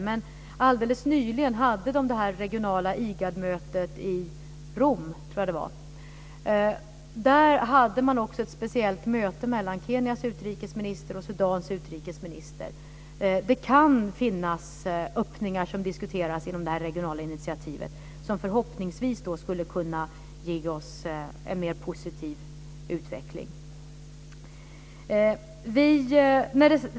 Men alldeles nyligen hölls ett regionalt IGAD-möte i Rom - tror jag att det var - där man hade ett speciellt möte mellan Kenyas utrikesminister och Sudans utrikesminister. Det kan finnas öppningar inom det regionala initiativet som förhoppningsvis skulle kunna ge oss en mer positiv utveckling.